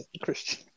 Christian